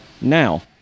now